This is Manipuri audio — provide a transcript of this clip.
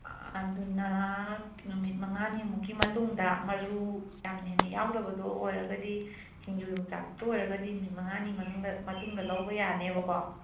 ꯑꯗꯨꯅ ꯅꯨꯃꯤꯠ ꯃꯉꯥꯅꯤꯃꯨꯛꯀꯤ ꯃꯇꯨꯡꯗ ꯃꯔꯨ ꯌꯥꯝꯅ ꯍꯦꯟꯅ ꯌꯥꯎꯗꯕꯗꯣ ꯑꯣꯏꯔꯒꯗꯤ ꯁꯤꯡꯖꯨ ꯌꯣꯡꯆꯥꯛꯇꯣ ꯑꯣꯏꯔꯒꯗꯤ ꯅꯨꯃꯤꯠ ꯃꯉꯥꯅꯤ ꯃꯅꯨꯡꯗ ꯃꯇꯨꯡꯗ ꯂꯧꯕ ꯌꯥꯅꯦꯕꯀꯣ